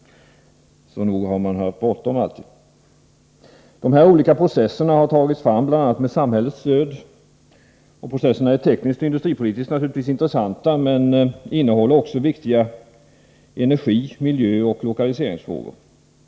Så nog har man haft bråttom. De här olika processerna har tagits fram bl.a. med samhällets stöd. Både tekniskt och industripolitiskt är processerna självfallet intressanta. De omfattar också viktiga energi-, miljöoch lokaliseringsfrågor.